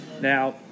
Now